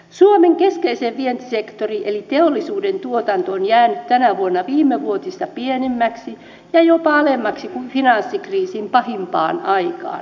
suomen keskeisin vientisektori eli teollisuuden tuotanto on jäänyt tänä vuonna viimevuotista pienemmäksi ja jopa alemmaksi kuin finanssikriisin pahimpaan aikaan